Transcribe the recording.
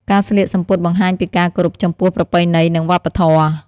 ការស្លៀកសំពត់បង្ហាញពីការគោរពចំពោះប្រពៃណីនិងវប្បធម៌។